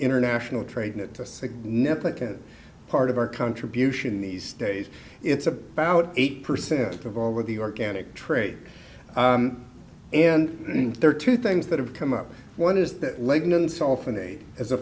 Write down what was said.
international trade in a significant part of our contribution these days it's about eight percent of all over the organic trade and there are two things that have come up one is that lebanon softening as a